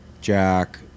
Jack